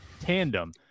tandem